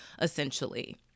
essentially